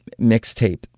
mixtape